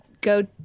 go